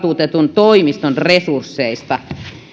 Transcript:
toimiston resursseista